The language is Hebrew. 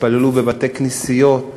התפללו בבתי-כנסיות,